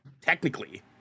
Technically